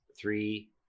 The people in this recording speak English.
Three